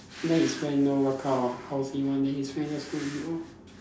let his friend know what kind of house he want then his friend just go and build lor